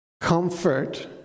Comfort